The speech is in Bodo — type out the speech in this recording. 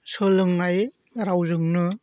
सोलोंनाय रावजोंनो